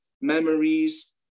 memories